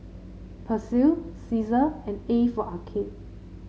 Persil Cesar and A for Arcade